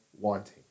wanting